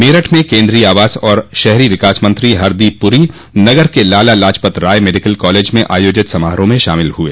मेरठ में केन्द्रीय आवास और शहरी विकास मंत्री हरदीप पुरी नगर के लाला लाजपत राय मेडिकल कालेज में आयोजित समारोह में शामिल हुए